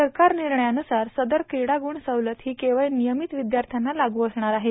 सरकार निर्णयानुसार सदर कीडा गुण सवलत ही केवळ नियमित विद्यार्थ्यांना लागू असणार आहे